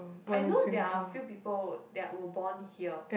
I know there are few people that were born here